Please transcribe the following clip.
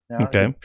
Okay